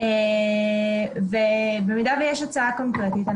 במידה ויש הצעה קונקרטית,